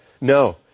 No